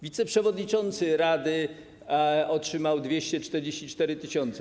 Wiceprzewodniczący rady otrzymał 244 tys.